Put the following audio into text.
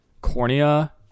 cornea